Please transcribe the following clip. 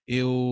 eu